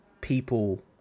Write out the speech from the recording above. people